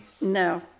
no